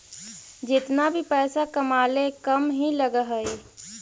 जेतना भी पइसा कमाले कम ही लग हई